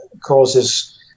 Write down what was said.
causes